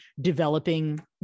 developing